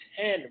Ten